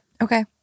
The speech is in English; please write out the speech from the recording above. Okay